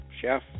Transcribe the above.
chef